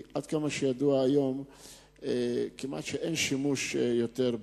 עד כמה שידוע, היום כמעט אין יותר שימוש באזבסט.